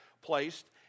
placed